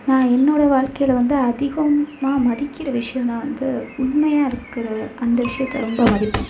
நான் என்னோட வாழ்க்கையில் வந்து அதிகம் நான் மதிக்கிற விஷயம்னா வந்து உண்மையாக இருக்கிற அந்த விஷயத்த ரொம்ப மதிப்பேன்